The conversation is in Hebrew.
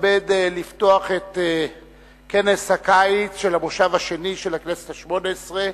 לפתוח את כנס הקיץ של המושב השני של הכנסת השמונה-עשרה.